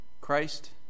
Christ